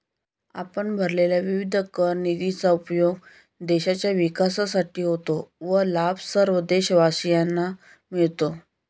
आपण भरलेल्या विविध कर निधीचा उपयोग देशाच्या विकासासाठी होतो व लाभ सर्व देशवासियांना मिळतो